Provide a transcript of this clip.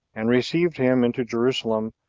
and received him into jerusalem,